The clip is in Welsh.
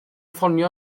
ffonio